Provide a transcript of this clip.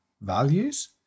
values